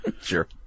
sure